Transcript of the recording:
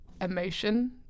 emotion